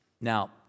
Now